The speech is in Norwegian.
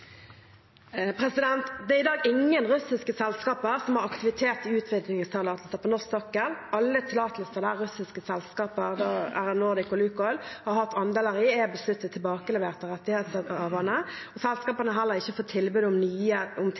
Det er i dag ingen russiske selskaper som har aktivitet i utvinningstillatelser på norsk sokkel. Alle tillatelser der russiske selskaper – da RN Nordic og LUKoil – har hatt andeler, er besluttet tilbakelevert av rettighetshaverne, og selskapene har heller ikke fått tilbud om tildeling av nye utvinningstillatelser i forbindelse med TFO 2021. Departementet har ingen søknader om